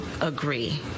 agree